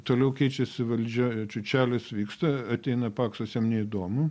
toliau keičiasi valdžia čiučelis vyksta ateina paksas jam neįdomu